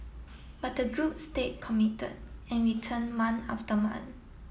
but the group stayed committed and return month after month